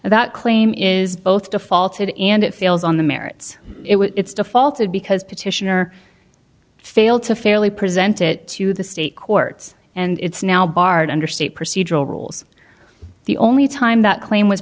that claim is both defaulted and it fails on the merits it was its defaulted because petitioner failed to fairly present it to the state courts and it's now barred under state procedural rules the only time that claim was